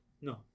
No